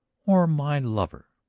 or my lover.